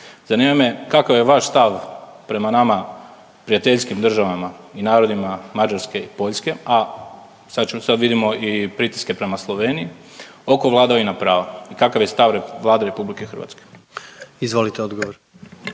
zanima me kakav je vaš stav prema nama prijateljskim državama i narodima Mađarske i Poljske, a sad vidimo i pritiske prema Sloveniji oko vladavine prava i kakav je stav Vlade RH? **Jandroković, Gordan (HDZ)** Izvolite odgovor.